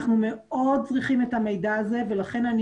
אנחנו מאוד צריכים את המידע הזה ולכן אני